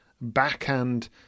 backhand